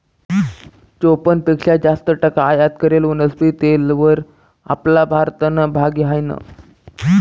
चोपन्न पेक्शा जास्त टक्का आयात करेल वनस्पती तेलवर आपला भारतनं भागी हायनं